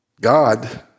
God